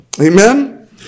amen